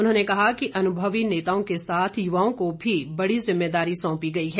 उन्होंने कहा कि अनुभवी नेताओं के साथ युवाओं को भी बड़ी जिम्मेदारी सौंपी गई है